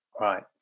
Right